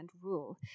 rule